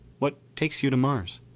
what takes you to mars?